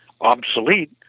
obsolete